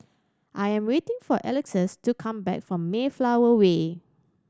I am waiting for Alexus to come back from Mayflower Way